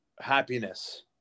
happiness